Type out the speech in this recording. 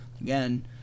again